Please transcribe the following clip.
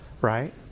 right